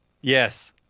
Yes